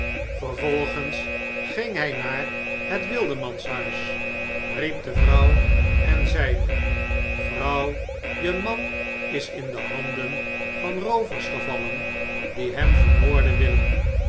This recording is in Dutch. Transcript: vervolgens ging hij naar het wildemanshuis riep de vrouw en zeide vrouw je man is in de handen van roovers gevallen die hem vermoorden willen